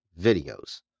videos